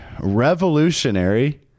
revolutionary